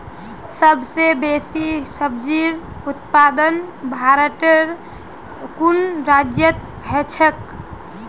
सबस बेसी सब्जिर उत्पादन भारटेर कुन राज्यत ह छेक